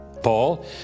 Paul